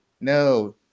no